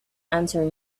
answer